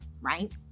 right